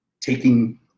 taking –